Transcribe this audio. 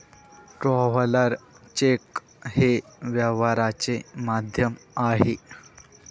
traveller cheque हे व्यवहाराचे माध्यम आहे